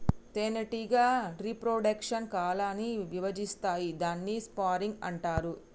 తేనెటీగ reproduction colony ల విభజిస్తాయి దాన్ని స్వర్మింగ్ అంటారు